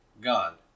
God